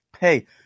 hey